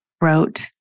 wrote